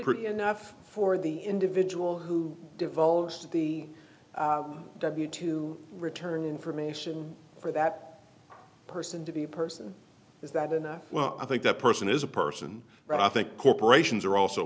pretty enough for the individual who develops the need to return information for that person to the person is that enough well i think that person is a person but i think corporations are also